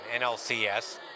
NLCS